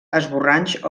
esborranys